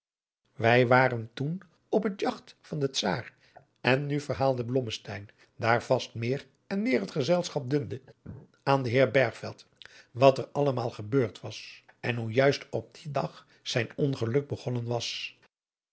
wij waren toen op het jagt van den czaar en nu verhaalde blommesteyn daar vast meer en meer het gezelschap dunde aan den heer bergveld wat er al gebeurd was en hoe juist op dien dag zijn ongeluk begonnen was